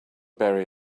bury